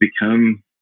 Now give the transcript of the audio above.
become